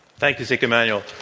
thank you, zeke emanuel.